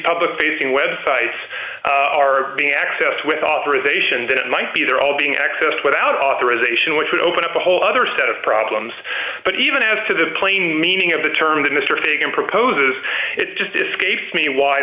public facing web sites are being accessed with authorization then it might be they're all being accessed without authorization which would open up a whole other set of problems but even as to the plain meaning of the term that mr fagan proposes it just escapes me why